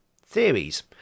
theories